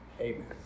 amen